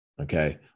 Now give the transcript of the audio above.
Okay